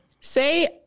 Say